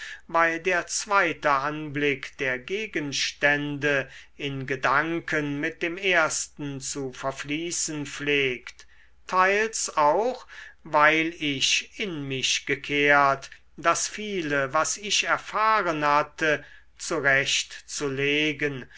weil der zweite anblick der gegenstände in gedanken mit dem ersten zu verfließen pflegt teils auch weil ich in mich gekehrt das viele was ich erfahren hatte zurecht zu legen